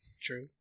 True